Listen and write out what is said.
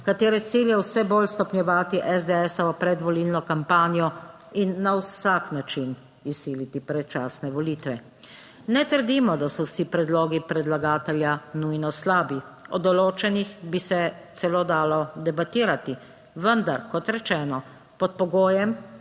katere cilj je vse bolj stopnjevati SDS-ovo predvolilno kampanjo in na vsak način izsiliti predčasne volitve. Ne trdimo, da so vsi predlogi predlagatelja nujno slabi, o določenih bi se celo dalo debatirati, vendar, kot rečeno, pod pogojem,